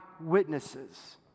witnesses